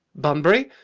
bunbury?